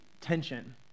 tension